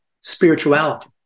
spirituality